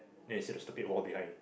then you say the wall behind